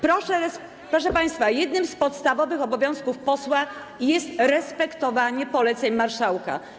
Proszę państwa, jednym z podstawowych obowiązków posła jest respektowanie poleceń marszałka.